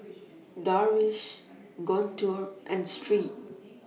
Darwish Guntur and Sri